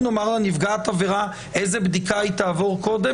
תגידו לנפגעת העבירה איזו בדיקה היא תעבור קודם?